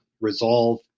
resolve